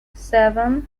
seven